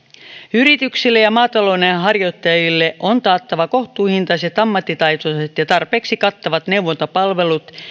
yrityksille ja maatalouden harjoittajille on taattava kohtuuhintaiset ammattitaitoiset ja tarpeeksi kattavat neuvontapalvelut